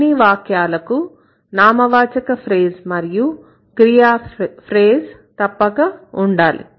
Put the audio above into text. అన్ని వాక్యాలకు నామవాచక ఫ్రేజ్ మరియు క్రియా ఫ్రేజ్ తప్పక ఉండాలి